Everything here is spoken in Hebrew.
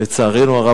לצערנו הרב,